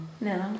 No